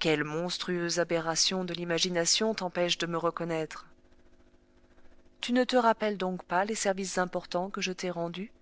quelle monstrueuse aberration de l'imagination t'empêche de me reconnaître tu ne te rappelles donc pas les services importants que je t'ai rendus